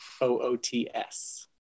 O-O-T-S